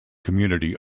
community